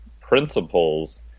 principles